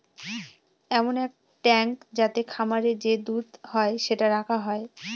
এমন এক ট্যাঙ্ক যাতে খামারে যে দুধ হয় সেটা রাখা যায়